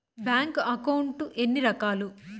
bank account ఎన్ని రకాలు